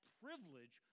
privilege